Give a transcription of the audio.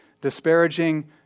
disparaging